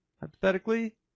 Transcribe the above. hypothetically